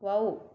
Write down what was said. wow